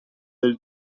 del